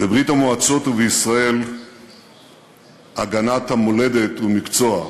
בברית-המועצות ובישראל הגנת המולדת היא מקצוע.